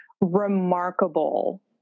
remarkable